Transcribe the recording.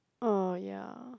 oh ya